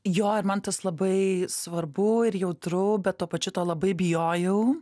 jo ir man tas labai svarbu ir jautru bet tuo pačiu to labai bijojau